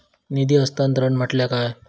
निधी हस्तांतरण म्हटल्या काय?